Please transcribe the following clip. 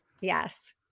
Yes